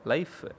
Life